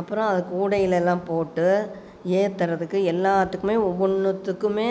அப்புறோம் அது கூடையிலெல்லாம் போட்டு ஏற்றுறதுக்கு எல்லாத்துக்குமே ஒவ்வொன்றுத்துக்குமே